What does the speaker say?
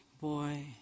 boy